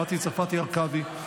מטי צרפתי הרכבי,